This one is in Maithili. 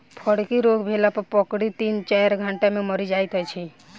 फड़की रोग भेला पर बकरी तीन चाइर घंटा मे मरि जाइत छै